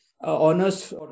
honors